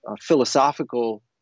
philosophical